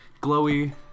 glowy